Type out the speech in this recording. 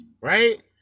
right